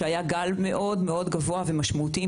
שהיה גל מאוד גבוה ומשמעותי,